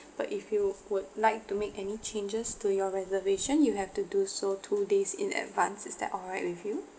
but if you would like to make any changes to your reservation you have to do so two days in advance is that alright with you